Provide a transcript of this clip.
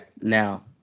Now